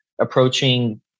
approaching